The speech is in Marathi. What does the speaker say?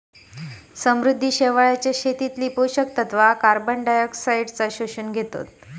समुद्री शेवाळाच्या शेतीतली पोषक तत्वा कार्बनडायऑक्साईडाक शोषून घेतत